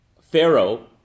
Pharaoh